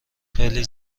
خیلی